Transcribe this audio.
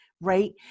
right